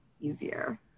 easier